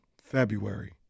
February